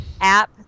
app